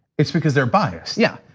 it's because their biased. yeah.